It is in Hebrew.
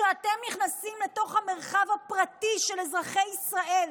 שאתם נכנסים לתוך המרחב הפרטי של אזרחי ישראל.